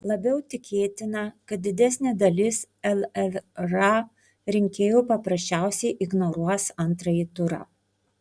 labiau tikėtina kad didesnė dalis llra rinkėjų paprasčiausiai ignoruos antrąjį turą